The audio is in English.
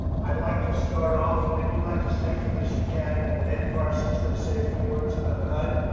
i'd like to start off and if you'd like to stay for this, you can. ben carson is going to say a few words about hud.